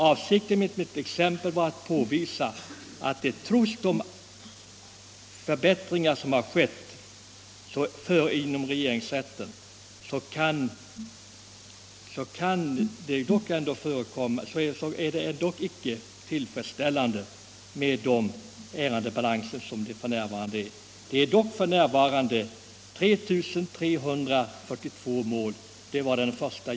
Avsikten med mitt exempel var bara att påvisa att trots de förbättringar som skett inom regeringsrätten de ärendebalanser som f.n. förekommer icke är tillfredsställande. Balansen omfattade den 1 juli i år 3 342 mål.